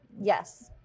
Yes